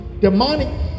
demonic